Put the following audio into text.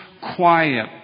quiet